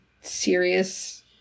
serious